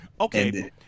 Okay